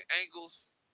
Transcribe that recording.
angles